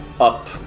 up